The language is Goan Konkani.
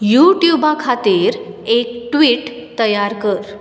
युटुबा खातीर एक ट्वीट तयार कर